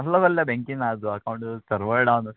कसलो जाल्यार बँकेन आजो अकाउंट सर्व डावन आसा